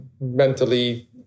mentally